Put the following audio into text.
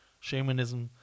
shamanism